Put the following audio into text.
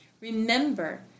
Remember